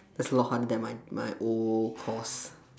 that's a lot harder than my my old course